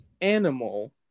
animal